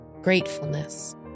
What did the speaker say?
gratefulness